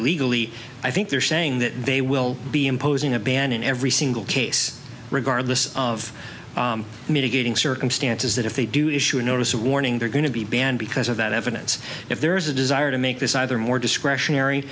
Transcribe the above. illegally i think they're saying that they will be imposing a ban in every single case regardless of mitigating circumstances that if they do issue a notice warning they're going to be banned because of that evidence if there's a desire to make this either more discretionary